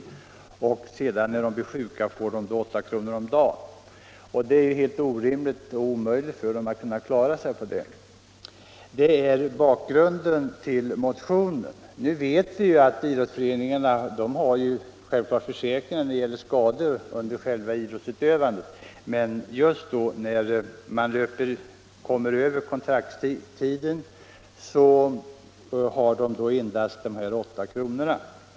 När de blir sjuka, får de 8 kr. om dagen, och det är helt orimligt och omöjligt att klara sig på det. Självklart tecknar idrottsföreningarna försäkringar när det gäller skador under själva idrottsutövandet, men vid vanlig sjukdom är sjukpenningen bara 8 kr.